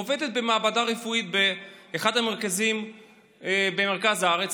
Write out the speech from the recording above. עובדת במעבדה רפואית באחד המרכזים במרכז הארץ,